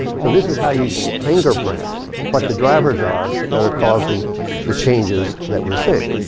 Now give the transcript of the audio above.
so this is how you fingerprint what the drivers are that are causing the changes that we're seeing.